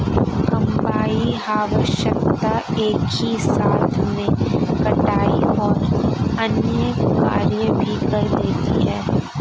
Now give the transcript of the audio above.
combine harvester एक ही साथ में कटाई और अन्य कार्य भी कर देती है